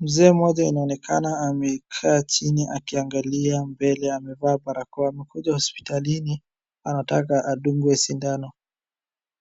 Mzee mmoja inaonekana amekaa chini akiangalia mbele amevaa barakoa. Amekuja hospitalini anataka adungwe sindano.